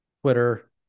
Twitter